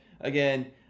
again